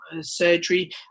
surgery